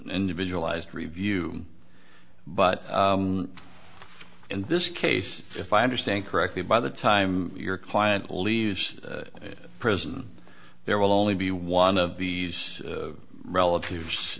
individualized review but in this case if i understand correctly by the time your client leaves prison there will only be one of these relatives